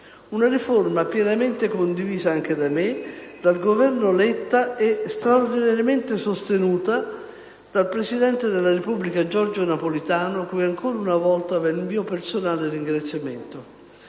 una riforma pienamente condivisa anche da me, dal Governo Letta e straordinariamente sostenuta dal presidente della Repubblica Giorgio Napolitano cui, ancora una volta, va il mio personale ringraziamento.